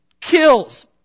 kills